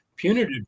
Punitive